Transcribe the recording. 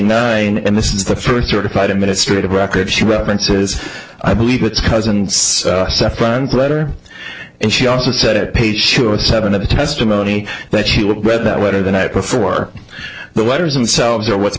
nine and this is the first certified administrative record she references i believe it's cousin front letter and she also said page sure seven of the testimony that you will read that letter the night before the letters themselves are what